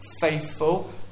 faithful